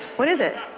what is it?